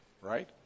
right